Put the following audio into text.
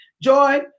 joy